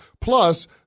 Plus